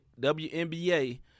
WNBA